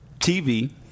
TV